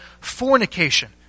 fornication